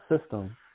system